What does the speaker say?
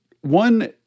one